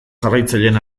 jarraitzaileen